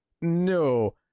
no